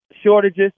shortages